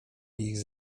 ich